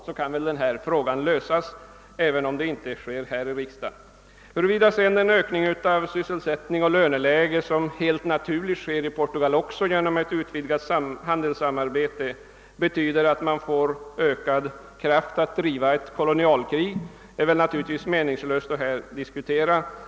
Då skulle denna fråga kunna lösas, även om detta inte sker här i riksdagen. Huruvida en förbättring av sysselsättningsoch löneläget, som helt naturligt sker också i Portugal genom ett utvidgat handelssamarbete, betyder att Portugal tillföres ökad kraft att bedriva ett kolonialkrig är naturligtvis meningslöst att här diskutera.